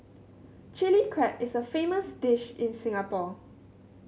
Chilli Crab is a famous dish in Singapore